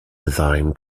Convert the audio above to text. design